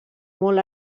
molt